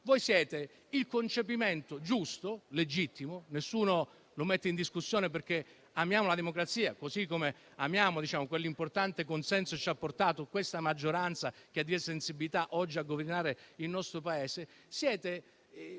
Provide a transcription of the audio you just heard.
Voi siete il concepimento giusto e legittimo, nessuno lo mette in discussione perché amiamo la democrazia, così come amiamo quell'importante consenso che ha portato questa maggioranza con la sua sensibilità oggi a governare il nostro Paese;